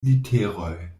literoj